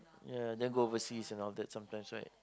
yeah then go overseas and all that sometimes right